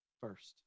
first